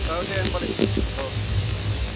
औ दे होनबालाय